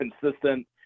consistent –